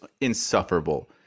insufferable